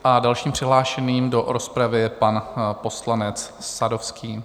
A dalším přihlášeným do rozpravy je pan poslanec Sadovský.